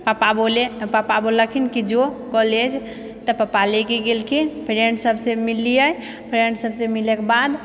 पपा बोले पपा बोललखिन कि जो कॉलेज तऽ पपा लऽ कऽ गेलखिन फ्रेन्ड्स सबसँ मिललिए फ्रेन्ड्स सबसँ मिलैके बाद